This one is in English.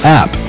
app